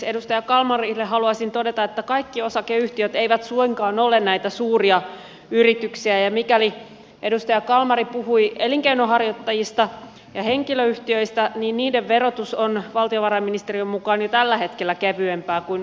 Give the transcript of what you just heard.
edustaja kalmarille haluaisin todeta että kaikki osakeyhtiöt eivät suinkaan ole näitä suuria yrityksiä ja mikäli edustaja kalmari puhui elinkeinonharjoittajista ja henkilöyhtiöistä niin niiden verotus on valtiovarainministeriön mukaan jo tällä hetkellä kevyempää kuin osakeyhtiöiden